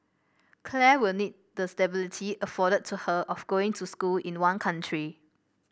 Claire will need the stability afforded to her of going to school in one country